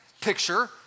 picture